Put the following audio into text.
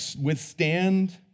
withstand